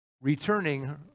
returning